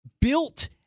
built